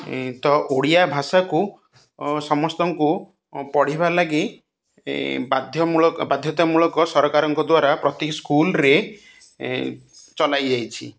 ତ ଓଡ଼ିଆ ଭାଷାକୁ ସମସ୍ତଙ୍କୁ ପଢ଼ିବା ଲାଗି ବାଧ୍ୟତାମୂଳକ ସରକାରଙ୍କ ଦ୍ୱାରା ପ୍ରତି ସ୍କୁଲ୍ରେ ଚଲାଯାଇଛି